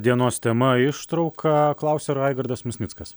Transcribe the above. dienos tema ištrauka klausia raigardas misnickas